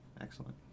excellent